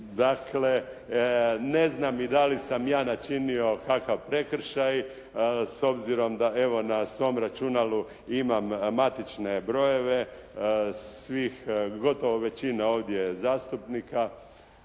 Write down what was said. Dakle, ne znam i da li sam ja načinio takav prekršaj s obzirom da evo na svom računalu imam matične brojeve svih gotovo većina je ovdje je zastupnika.